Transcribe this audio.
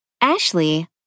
Ashley